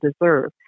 deserve